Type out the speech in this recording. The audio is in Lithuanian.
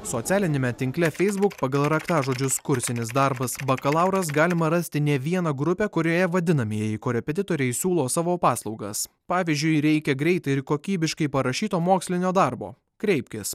socialiniame tinkle feisbuk pagal raktažodžius kursinis darbas bakalauras galima rasti ne vieną grupę kurioje vadinamieji korepetitoriai siūlo savo paslaugas pavyzdžiui reikia greitai ir kokybiškai parašyto mokslinio darbo kreipkis